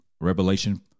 Revelation